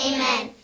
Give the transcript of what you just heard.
Amen